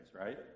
right